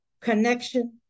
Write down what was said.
connection